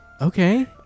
Okay